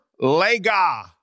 Lega